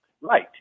Right